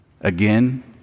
Again